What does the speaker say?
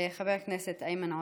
חבר הכנסת איימן עודה,